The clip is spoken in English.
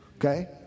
okay